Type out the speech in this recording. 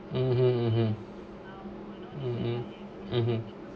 uh (uh huh)